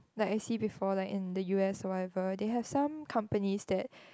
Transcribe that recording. like I see before like in the U_S or whatever there has some companies that